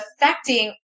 affecting